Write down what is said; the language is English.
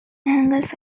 angles